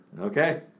Okay